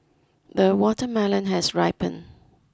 the watermelon has ripened